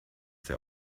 sehr